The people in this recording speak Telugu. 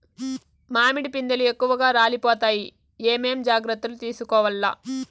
మామిడి పిందెలు ఎక్కువగా రాలిపోతాయి ఏమేం జాగ్రత్తలు తీసుకోవల్ల?